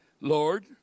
Lord